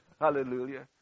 hallelujah